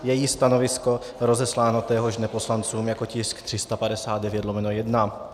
Její stanovisko bylo rozesláno téhož dne poslancům jako tisk 359/1.